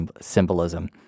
symbolism